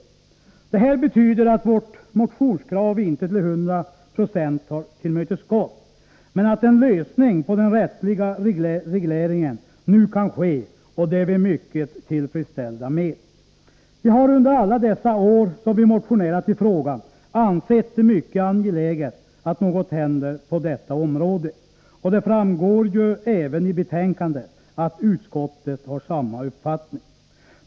30 november 1983 Det betyder att vårt motionskrav inte till 100 96 har tillmötesgåtts, men att en rättslig reglering nu kan ske, och det är vi mycket tillfredsställda med. Vi Trafiksäkerhet och har under alla de år som vi motionerat i frågan ansett det mycket angeläget att trafikföreskrifter något händer på detta område, och det framgår av betänkandet att även utskottet har den uppfattningen.